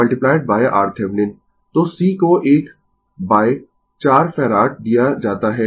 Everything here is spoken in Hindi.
तो c को एक 4 फैराड दिया जाता है